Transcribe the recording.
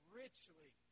richly